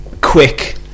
quick